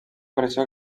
versió